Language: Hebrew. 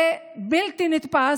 זה בלתי נתפס,